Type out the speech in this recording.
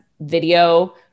video